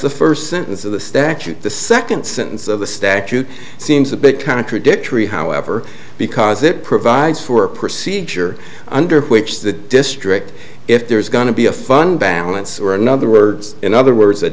the first sentence of the statute the second sentence of the statute seems a bit contradictory however because it provides for a procedure under which the district if there is going to be a fun balance or another words in other words a